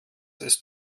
ist